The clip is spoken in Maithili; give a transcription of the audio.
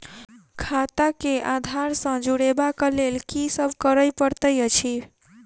खाता केँ आधार सँ जोड़ेबाक लेल की सब करै पड़तै अछि?